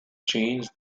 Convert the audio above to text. change